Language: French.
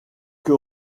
que